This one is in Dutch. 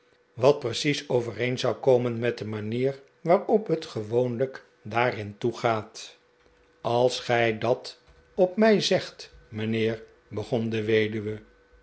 wat precies overeen zou komen met de manier waarop het gewoonlijk daarin toegaat als gij dat op mij zegt mijnheer begon de weduwe